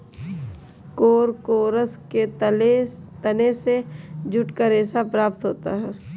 Corchorus के तने से जूट का रेशा प्राप्त होता है